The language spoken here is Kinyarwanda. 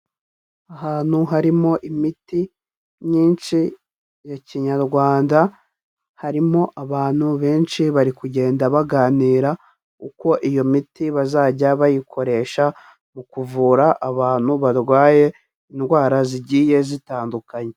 Ahantu harimo imiti myinshi ya kinyarwanda, harimo abantu benshi bari kugenda baganira uko iyo miti bazajya bayikoresha mu kuvura abantu barwaye indwara zigiye zitandukanye.